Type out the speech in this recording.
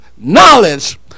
Knowledge